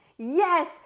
Yes